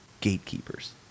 gatekeepers